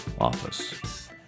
office